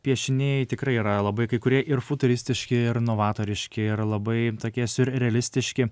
piešiniai tikrai yra labai kai kurie ir futuristiški ir novatoriški ir labai tokie siurrealistiški